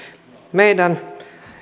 meidän